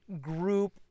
group